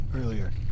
earlier